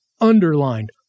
underlined